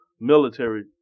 military